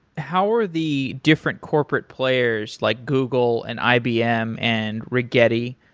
how are the different corporate players, like google and ibm and rigetti,